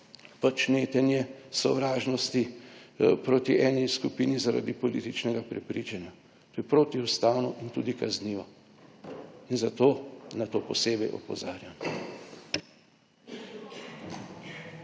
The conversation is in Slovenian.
pač netenje sovražnosti proti eni skupini zaradi političnega prepričanja. To je protiustavno in tudi kaznivo in zato na to posebej opozarjam.